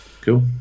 cool